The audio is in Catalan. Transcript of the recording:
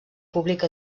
públic